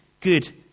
good